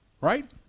Right